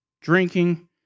drinking